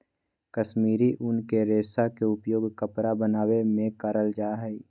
कश्मीरी उन के रेशा के उपयोग कपड़ा बनावे मे करल जा हय